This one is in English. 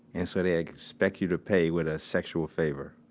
and so they expect you to pay with a sexual favor.